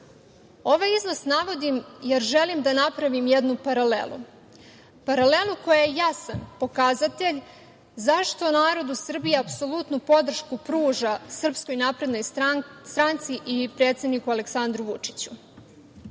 evra. Ovaj iznos navodim jer želim da napravim jednu paralelu, paralelu koja je jasan pokazatelj zašto narod Srbije apsolutnu podršku pruža SNS i predsedniku Aleksandru Vučiću.